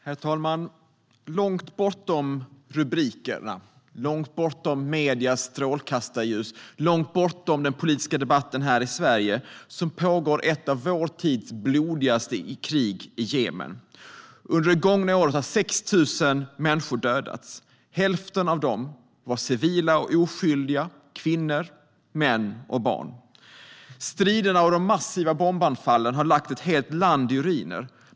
Herr talman! Långt bortom rubrikerna, mediernas strålkastarljus och den politiska debatten här i Sverige pågår ett av vår tids blodigaste krig i Jemen. Under det gångna året har 6 000 människor dödats. Hälften av dem är civila och oskyldiga kvinnor, män och barn. Striderna och de massiva bombanfallen har lagt ett helt land i ruiner.